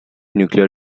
nuclear